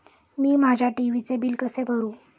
मी माझ्या टी.व्ही चे बिल कसे भरू?